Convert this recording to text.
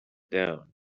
down